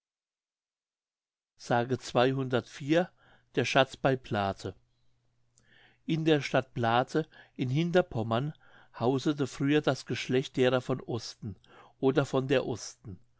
s der schatz bei plathe in der stadt plathe in hinterpommern hausete früher das geschlecht derer von osten oder von der osten